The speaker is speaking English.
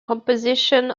composition